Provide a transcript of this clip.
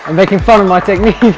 and making fun of my technique?